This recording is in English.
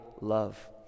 love